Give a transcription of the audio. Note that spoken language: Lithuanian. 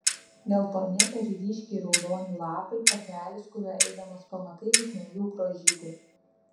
geltoni ir ryškiai raudoni lapai takelis kuriuo eidamas pamatai vis naujų grožybių